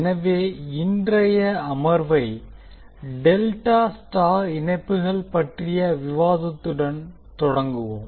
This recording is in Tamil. எனவே இன்றைய அமர்வை டெல்டா ஸ்டார் இணைப்புகள் பற்றிய விவாதத்துடன் தொடங்குவோம்